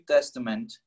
Testament